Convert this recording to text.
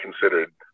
considered